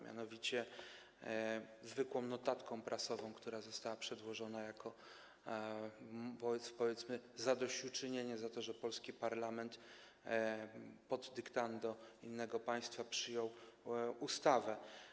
Mianowicie chodzi o zwykłą notatkę prasową, która została przedłożona jako, powiedzmy, zadośćuczynienie za to, że polski parlament pod dyktando innego państwa przyjął ustawę.